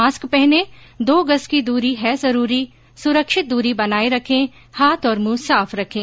mask पहनें दो गज की दूरी है जरूरी सुरक्षित दूरी बनाए रखें हाथ और मुंह साफ रखें